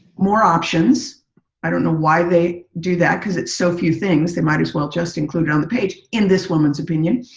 more options i don't know why they do that because it's so few things, they might as well just include it on the page in this woman's opinion.